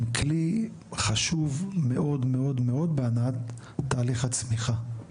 כלי חשוב מאוד מאוד בהנעת תהליך הצמיחה